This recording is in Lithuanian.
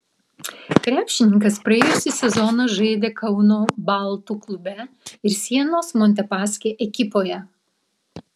krepšininkas praėjusį sezoną žaidė kauno baltų klube ir sienos montepaschi ekipoje